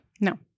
No